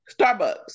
Starbucks